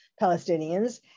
palestinians